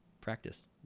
practice